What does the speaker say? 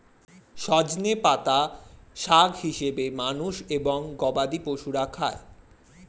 সজনে পাতা শাক হিসেবে মানুষ এবং গবাদি পশুরা খায়